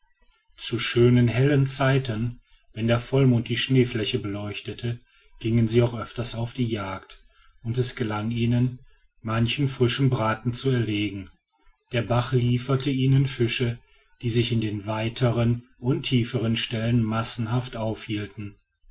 zu schönen hellen zeiten wenn der vollmond die schneeflächen beleuchtete gingen sie auch öfter auf die jagd und es gelang ihnen manchen frischen braten zu erlegen der bach lieferte ihnen fische die sich in den weiteren und tieferen stellen massenhaft aufhielten